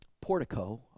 portico